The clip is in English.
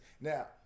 Now